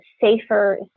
safer